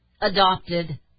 adopted